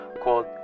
called